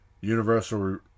Universal